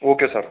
okay sir